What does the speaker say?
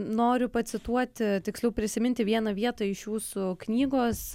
noriu pacituoti tiksliau prisiminti vieną vietą iš jūsų knygos